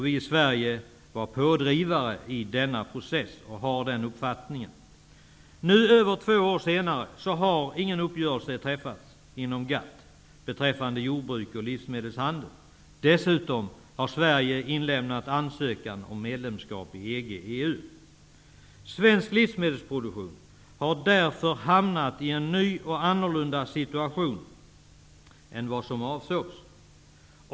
Vi i Sverige var pådrivare i denna process och har den uppfattningen. Nu, två år senare, har ingen uppgörelse träffats inom GATT beträffande jordbruk och livsmedelshandel. Dessutom har Sverige inlämnat ansökan om medlemskap i EG/EU. Svensk livsmedelsproduktion har därför hamnat i en ny och annorlunda situation än vad som avsågs.